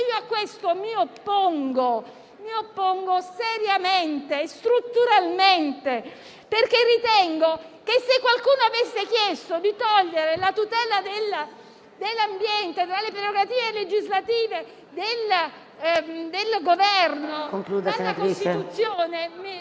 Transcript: A questo mi oppongo seriamente e strutturalmente, perché ritengo che se qualcuno avesse chiesto di togliere la tutela dell'ambiente dalle prerogative legislative del Governo, dalla Costituzione,